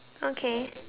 okay